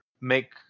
make